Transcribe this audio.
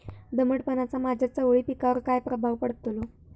दमटपणाचा माझ्या चवळी पिकावर काय प्रभाव पडतलो?